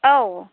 औ